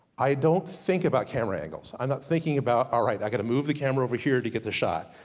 i don't think about camera angles. i'm not thinking about, alright i gotta move the camera over here to get the shot.